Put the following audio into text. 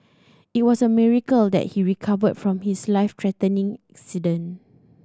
it was a miracle that he recovered from his life threatening